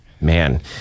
Man